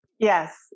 Yes